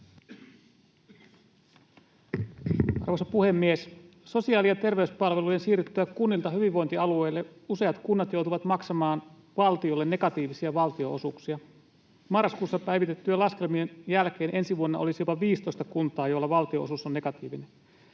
Arvoisa puhemies! Sosiaali- ja terveyspalvelujen siirryttyä kunnilta hyvinvointialueille useat kunnat joutuvat maksamaan valtiolle negatiivisia valtionosuuksia. Marraskuussa päivitettyjen laskelmien jälkeen ensi vuonna olisi jopa 15 kuntaa, joilla valtionosuus on negatiivinen.